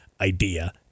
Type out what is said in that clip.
idea